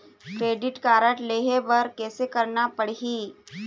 Credit card लेहे बर कैसे करना पड़ही?